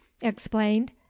explained